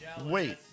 Wait